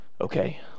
Okay